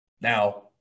Now